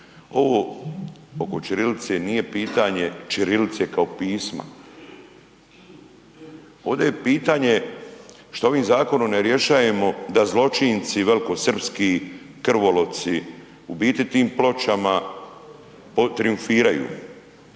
ovo oko ćirilice nije pitanje ćirilice kao pisma, ovdje je pitanje što ovim zakonom ne rješajemo da zločinci velikosrpski krvoloci u biti tim pločama poltriumfiraju,